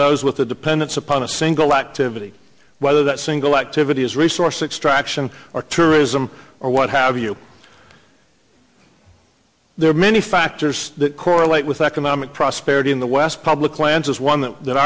those with a dependence upon a single activity whether that single activity is resource extraction or tourism or what have you there are many factors that correlate with economic prosperity in the west public lands is one that